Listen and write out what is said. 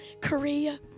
Korea